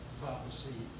prophecy